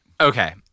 Okay